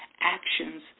actions